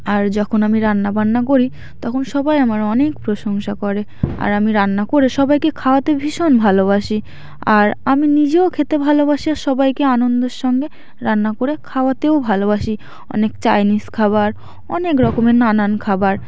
আর যখন আমি রান্নাবান্না করি তখন সবাই আমার অনেক প্রশংসা করে আর আমি রান্না করে সবাইকে খাওয়াতে ভীষণ ভালোবাসি আর আমি নিজেও খেতে ভালোবাসি আর সবাইকে আনন্দের সঙ্গে রান্না করে খাওয়াতেও ভালোবাসি অনেক চাইনিজ খাবার অনেক রকমের নানান খাবার